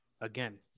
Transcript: again